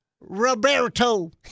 Roberto